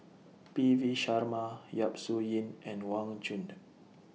P V Sharma Yap Su Yin and Wang Chunde